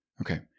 Okay